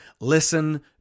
Listen